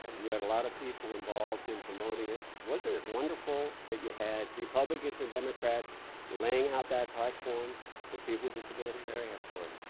you had a lot of people involved in promoting it. wasn't it wonderful that you had republicans and democrats laying out that platform for people with disabilities? very important.